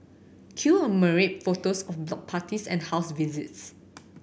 cue a myriad photos of block parties and house visits